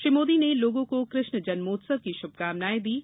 श्री मोदी ने लोगों को कृष्ण जन्मोत्सव की शुभकामनाए दीं